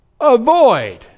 avoid